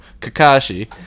Kakashi